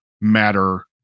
matter